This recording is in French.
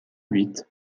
huit